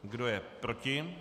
Kdo je proti?